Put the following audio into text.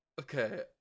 Okay